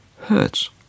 hurts